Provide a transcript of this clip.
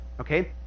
okay